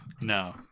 No